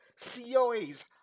COAs